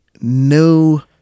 no